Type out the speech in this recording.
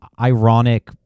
ironic